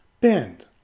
bend